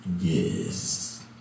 Yes